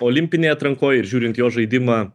olimpinėj atrankoj ir žiūrint jo žaidimą